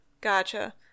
Gotcha